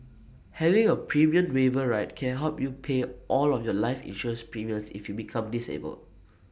having A premium waiver ride can help you pay all of your life insurance premiums if you become disabled